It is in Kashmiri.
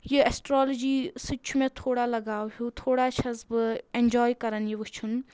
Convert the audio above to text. یہِ ایٚسٹرالٕجی سۭتۍ چھُ مےٚ تھوڑا لگاو ہیوٗ تھوڑا چھَس بہٕ اؠنجاے کَرَان یہِ وٕچھُن